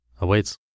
awaits